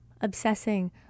obsessing